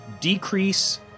decrease